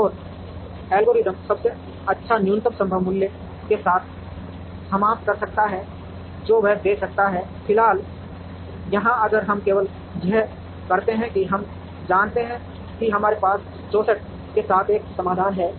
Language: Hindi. और एल्गोरिथ्म सबसे अच्छा न्यूनतम संभव मूल्य के साथ समाप्त कर सकता है जो वह दे सकता है फिलहाल यहां अगर हम केवल यह करते हैं कि हम जानते हैं कि हमारे पास 64 के साथ एक समाधान है